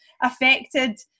affected